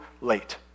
late